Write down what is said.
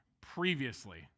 previously